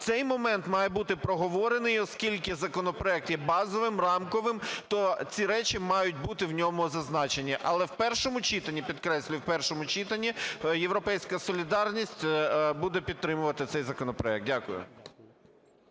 Цей момент має бути проговорений, оскільки законопроект є базовим, рамковим, то ці речі мають бути в ньому зазначені, але в першому читанні, підкреслюю – в першому читанні "Європейська солідарність" буде підтримувати цей законопроект. Дякую.